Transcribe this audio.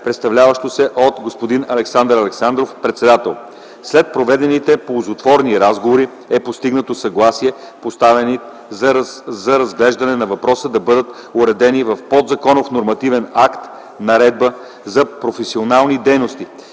представлявано от господин Александър Александров – председател. След проведените ползотворни разговори е постигнато съгласие поставените за разглеждане въпроси да бъдат уредени в подзаконов нормативен акт – наредба за професионалните дейности,